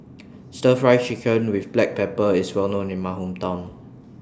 Stir Fried Chicken with Black Pepper IS Well known in My Hometown